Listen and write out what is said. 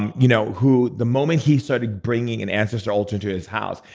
and you know who the moment he started bringing an ancestor altar into his house,